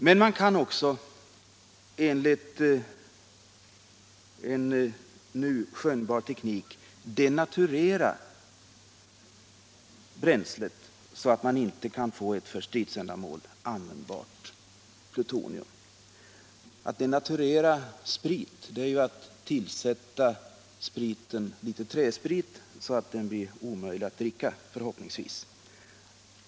Men man kan också enligt en nu skönjbar teknik denaturera bränslet så att man får ett för stridsändamål icke användbart plutonium. Att denaturera sprit innebär ju att man tillsätter litet träsprit till spriten så att den blir omöjlig att dricka — förhoppningsvis.